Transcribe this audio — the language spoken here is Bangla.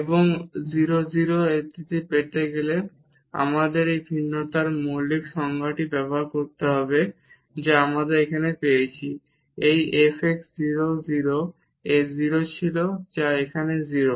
এবং 0 0 এ এটি পেতে হলে আমাদের এই ভিন্নতার মৌলিক সংজ্ঞাটি ব্যবহার করতে হবে যা আমরা এখানে পেয়েছি এই f x 0 0 এ 0 ছিল যা এখানে 0